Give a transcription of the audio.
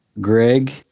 Greg